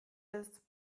ist